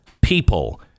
people